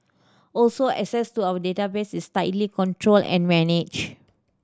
also access to our database is tightly controlled and managed